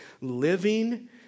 living